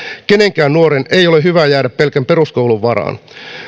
kenenkään nuoren ei ole hyvä jäädä pelkän peruskoulun varaan